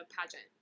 pageant